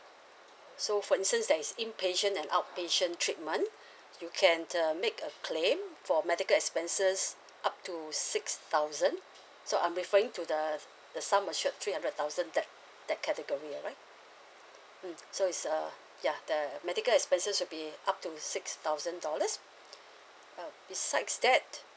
so for instance there is inpatient and outpatient treatment you can uh make a claim for medical expenses up to six thousand so I'm referring to the the sum assured three hundred thousand that that category alright mm so it's uh ya the medical expenses will be up to six thousand dollars uh besides that